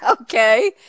Okay